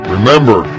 Remember